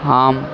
ஆம்